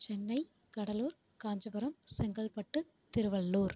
Chennai Cuddalore Kanchipuram Chengalpattu Tiruvallur